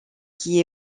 qui